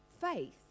faith